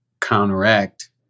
counteract